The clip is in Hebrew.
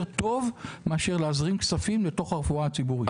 טוב מאשר להזרים כספים לתוך הרפואה הציבורית.